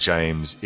James